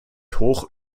hoch